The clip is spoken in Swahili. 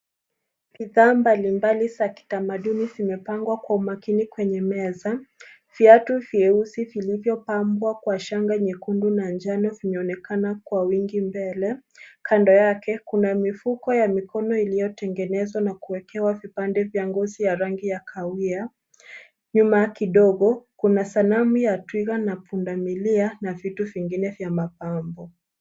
Bidhaa mbalimbali za kitamaduni zimepangwa vizuri kwenye meza. Viatu vyeusi vilivyopambwa kwa shanga nyeusi na njano vimeonekana Kwa wingi mbele. Kando yake kuna mifuko ya mikono iliyotengenezwa na kuwekewa vipande vya ngozi ya kahawia. Nyuma kidogo kuna sanamu ya twiga na punda milia na vitu vingine vya mapambo .